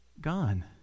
gone